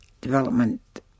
development